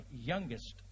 youngest